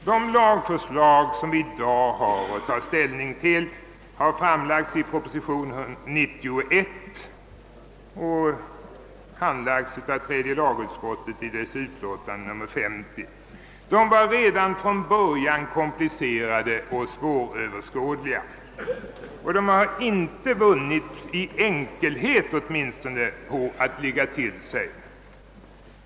De lagförslag som vi i dag har att ta ställning till har framlagts i proposition nr 91 och behandlats av tredje lagutskottet i dess utlåtande nr 50. Förslagen var redan från början komplicerade och svåröverskådliga, och de har inte vunnit — åtminstone inte i enkelhet — på att ligga till sig.